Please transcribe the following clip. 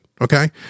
Okay